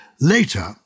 later